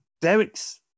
Derek's